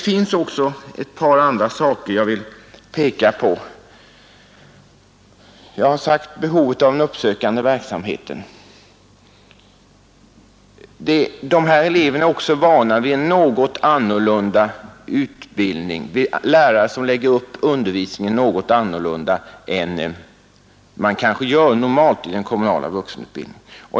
Jag har pekat på behovet av uppsökande verksamhet och på att dessa elever är vana vid en något annorlunda utbildning med lärare som lägger upp undervisningen på annat sätt än man kanske normalt gör i den kommunala vuxenutbildningen.